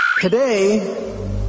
Today